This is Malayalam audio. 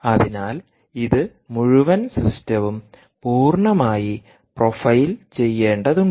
അതിനാൽ ഇത് മുഴുവൻ സിസ്റ്റവും പൂർണ്ണമായി പ്രൊഫൈൽ ചെയ്യേണ്ടതുണ്ട്